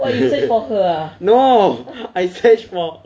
no I search for